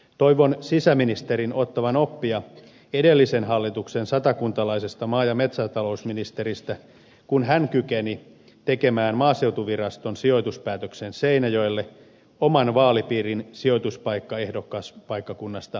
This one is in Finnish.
toivon sisäministerin ottavan oppia edellisen hallituksen satakuntalaisesta maa ja metsätalousministeristä kun hän kykeni tekemään maaseutuviraston sijoituspäätöksen seinäjoelle oman vaalipiirin sijoituspaikkakuntaehdokkaasta huolimatta